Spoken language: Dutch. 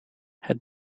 het